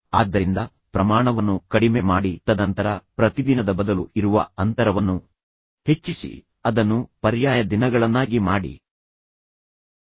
ಆದ್ದರಿಂದ ಪ್ರಮಾಣವನ್ನು ಕಡಿಮೆ ಮಾಡಿ ತದನಂತರ ಪ್ರತಿದಿನದ ಬದಲು ಇರುವ ಅಂತರವನ್ನು ಹೆಚ್ಚಿಸಿ ಅದನ್ನು ಪರ್ಯಾಯ ದಿನಗಳನ್ನಾಗಿ ಮಾಡಿ ಮತ್ತು ನಂತರ 2 ದಿನಗಳು 3 ದಿನಗಳು 5 ದಿನಗಳು ಒಂದು ವಾರದ ಅಂತರ ಮತ್ತು ಹೀಗೆ